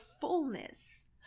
fullness